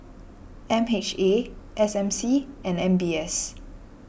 M H A S M C and M B S